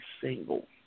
single